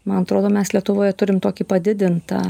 man atrodo mes lietuvoje turime tokį padidintą